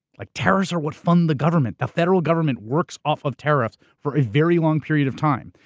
like tariffs are what fund the government. the federal government works off of tariffs for a very long period of time.